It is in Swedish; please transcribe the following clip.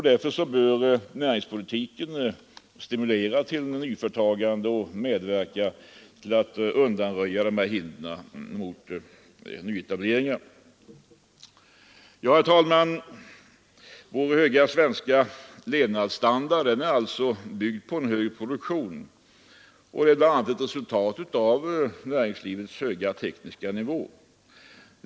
Därför bör näringspolitiken stimulera till nyföretagande och medverka till att undanröja hinder mot nyetableringar. Herr talman! Vår höga svenska levnadsstandard är alltså byggd på hög produktion och är bl.a. ett resultat av näringslivets höga tekniska nivå.